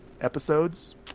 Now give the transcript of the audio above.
episodes